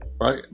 right